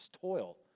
toil